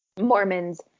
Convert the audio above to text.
Mormons